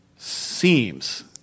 Seems